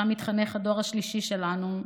ושם מתחנך הדור השלישי שלנו,